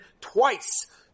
twice